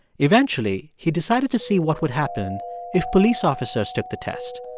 eventually, he decided to see what would happen if police officers took the test,